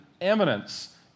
eminence